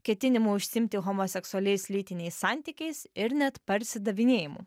ketinimų užsiimti homoseksualiais lytiniais santykiais ir net parsidavinėjimu